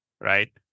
right